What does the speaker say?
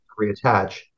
reattach